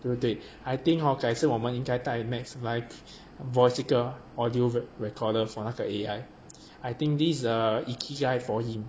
对不对 I think hor 改次我们应该带 max 来 voice 一个 audio recorder for 那个 A_I I think this is a easy kind for him